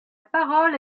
parole